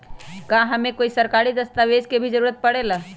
का हमे कोई सरकारी दस्तावेज के भी जरूरत परे ला?